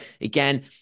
again